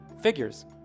Figures